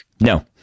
no